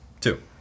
Two